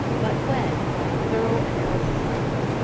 but when, by a thorough analysis of it,